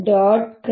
E